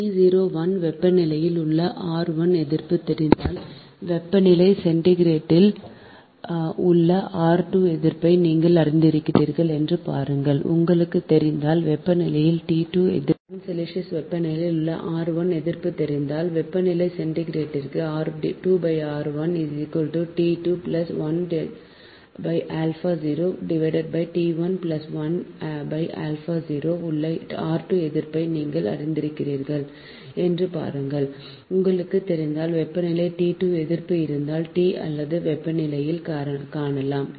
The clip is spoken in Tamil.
செல்சியஸ் வெப்பநிலையில் உள்ள எதிர்ப்பு தெரிந்தால் வெப்பநிலை சென்டிகிரேடில் உள்ள எதிர்ப்பை நீங்கள் அறிந்திருக்கிறீர்களா என்று பாருங்கள் உங்களுக்கு தெரிந்தால் வெப்பநிலையில் எதிர்ப்பு இருந்தால் T அல்லது வெப்பநிலையில் காணலாம்